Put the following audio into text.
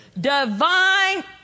Divine